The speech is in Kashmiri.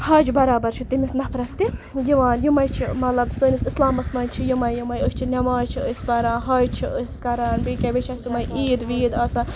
حَج برابر چھِ تٔمِس نفرَس تہِ یِوان یِمَے چھِ مطلب سٲنِس اِسلامَس منٛز چھِ یِمَے یِمَے أسۍ چھِ نٮ۪ماز چھِ أسۍ پَران حَج چھِ أسۍ کَران بیٚیہِ کیٛاہ بیٚیہِ چھِ اَسہِ یِمَے عیٖد ویٖد آسان